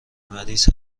مریض